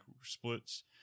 splits